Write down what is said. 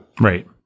Right